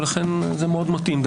ולכן זה דווקא מאוד מתאים.